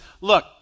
look